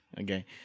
okay